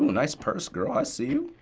nice purse, girl. i see you.